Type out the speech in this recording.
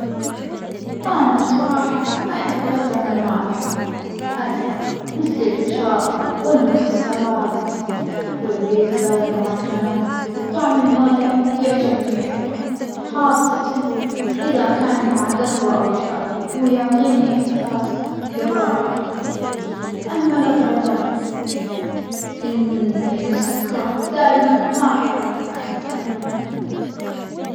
أنا بصراحة أحب الأطعمة المالحة أكثر مثل الفشار والمكسرات والبيتزا والمعجنات، الطعم المالح يعجبني أكثر خاصةً إذا كان مع جهوة أو شاي، ويعطيني إحساس بالراحة، أما الأطعمة المسكرة دائمًا ما أحب أكثّر منها.